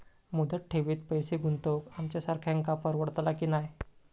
मुदत ठेवीत पैसे गुंतवक आमच्यासारख्यांका परवडतला की नाय?